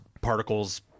particles